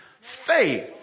faith